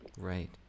Right